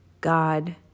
God